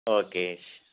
okay